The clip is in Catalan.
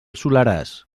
soleràs